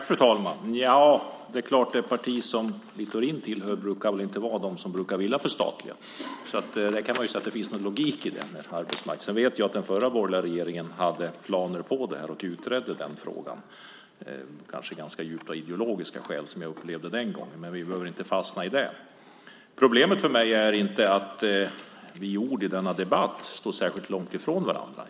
Fru talman! Det parti som Littorin tillhör brukar inte vilja förstatliga, så i den meningen finns det en logik i det hela. Men jag vet att den förra borgerliga regeringen hade planer på detta och utredde frågan. Jag upplevde att man den gången väl hade ganska djupa ideologiska skäl. Vi behöver inte fastna i det. Problemet för mig är inte att vi i ord i denna debatt står särskilt långt från varandra.